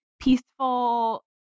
peaceful